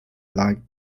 live